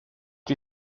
die